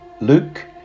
Luke